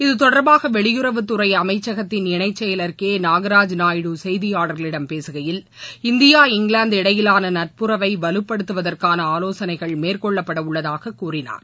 இத்தொடர்பாக வெளியுறவுத் துறை அமைச்சகத்தின் இணைச் செயலர் கே நாகராஜ் நாயுடு செய்தியாளர்களிடம் பேசுகையில் இந்தியா இங்கிலாந்து இடையிலான நட்புறவை வலுப்படுத்துவதற்கான ஆலோசனைகள் மேற்கொள்ளப்படவுள்ளதாக கூறினார்